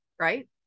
right